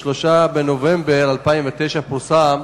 ב-23 בנובמבר 2009 פורסם